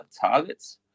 targets